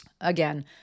again